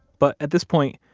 but at this point,